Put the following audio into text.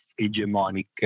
hegemonic